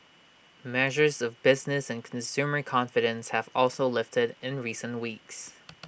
measures of business and consumer confidence have also lifted in recent weeks